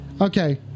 Okay